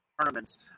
tournaments